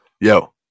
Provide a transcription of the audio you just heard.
Yo